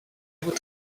would